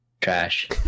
trash